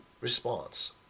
response